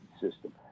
system